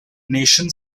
nation